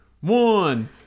one